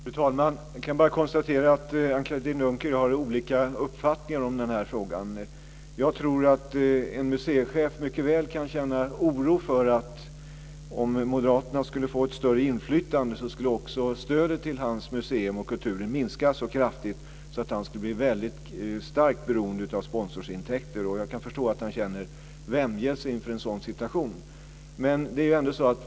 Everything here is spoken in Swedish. Fru talman! Jag kan bara konstatera att Anne Katrine Dunker och jag har olika uppfattningar i denna fråga. Jag tror att en museichef mycket väl kan känna oro för att om moderaterna skulle få ett större inflytande, skulle också stödet till hans museum och kulturen minska så kraftigt att han skulle bli väldigt starkt beroende av sponsorintäkter. Jag kan förstå att han känner vämjelse inför en sådan situation.